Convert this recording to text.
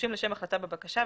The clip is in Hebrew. הדרושים לשם החלטה בבקשה,